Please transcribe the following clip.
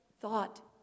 thought